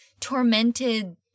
tormented